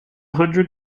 hundred